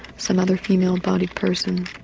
some other female body person.